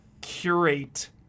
curate